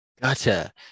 Gotcha